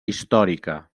històrica